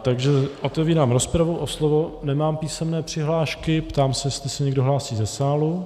Takže otevírám rozpravu, o slovo nemám písemné přihlášky, ptám se, jestli se někdo hlásí ze sálu.